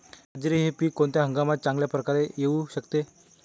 बाजरी हे पीक कोणत्या हंगामात चांगल्या प्रकारे येऊ शकते?